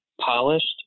polished